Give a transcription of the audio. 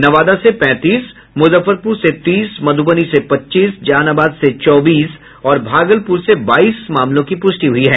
नवादा से पैंतीस मुजफ्फरपुर से तीस मधुबनी से पच्चीस जहानाबाद से चौबीस और भागलपुर से बाईस मामलों की पुष्टि हुई है